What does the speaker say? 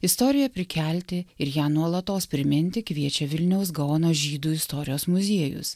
istoriją prikelti ir ją nuolatos priminti kviečia vilniaus gaono žydų istorijos muziejus